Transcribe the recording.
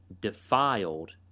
defiled